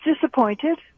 disappointed